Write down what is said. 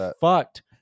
fucked